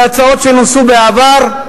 אלה הצעות שנוסו בעבר,